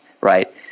right